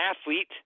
athlete